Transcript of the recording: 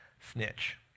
Snitch